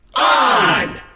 on